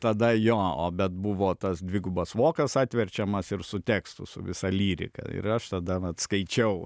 tada jo o bet buvo tas dvigubas vokas atverčiamas ir su tekstu su visa lyrika ir aš tada vat skaičiau